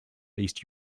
east